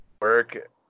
work